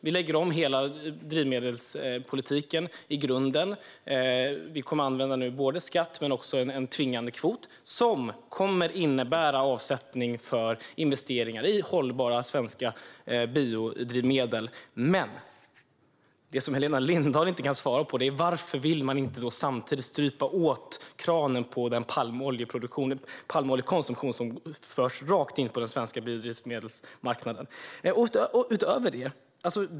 Vi lägger om hela drivmedelspolitiken i grunden. Vi kommer att använda inte bara en skatt utan även en tvingande kvot som kommer att innebära avsättning för investeringar i hållbara svenska biodrivmedel. Men det Helena Lindahl inte kan svara på är varför man inte samtidigt vill strypa kranen för den palmoljekonsumtion som kommer rakt in på den svenska biodrivmedelsmarknaden.